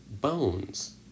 bones